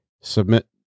submit